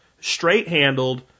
straight-handled